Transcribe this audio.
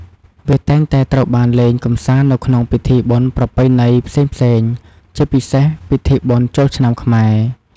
វាតែងតែត្រូវបានលេងកម្សាន្តនៅក្នុងពិធីបុណ្យប្រពៃណីផ្សេងៗ ជាពិសេសពិធីបុណ្យចូលឆ្នាំខ្មែរ។